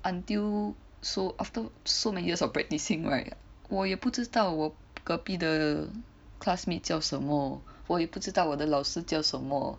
until so after so many years of practicing right 我也不知道我 copy the classmate 叫什么我也不知道我的老师叫什么